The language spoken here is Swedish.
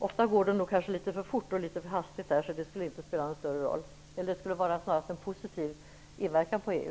Ofta går den nog litet för fort, så det skulle snarast ha en positiv inverkan på EU.